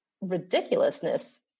ridiculousness